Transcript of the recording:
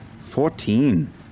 Fourteen